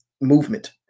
movement